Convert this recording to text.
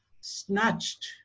snatched